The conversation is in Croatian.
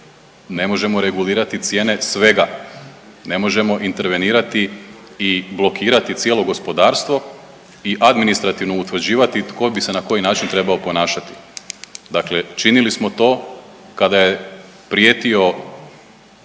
ne možemo regulirati cijene svega, ne možemo intervenirati i blokirati cijelo gospodarstvo i administrativno utvrđivati tko bi se i na koji način trebao ponašati. Dakle činili smo to kada je prijetio